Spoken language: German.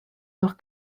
nach